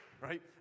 Right